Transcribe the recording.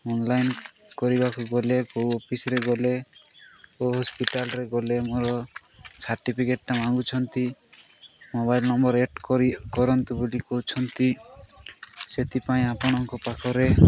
online କରିବାକୁ ଗଲେ କୋଉ ଅଫିସରେ ଗଲେ କୋଉ ହସ୍ପିଟାଲରେ ଗଲେ ମୋର ସାର୍ଟିଫିକେଟଟା ମଙ୍ଗୁଛନ୍ତି ମୋବାଇଲ ନମ୍ବର ଏଡ୍ କରି କରନ୍ତୁ ବୋଲି କହୁଛନ୍ତି ସେଥିପାଇଁ ଆପଣଙ୍କ ପାଖରେ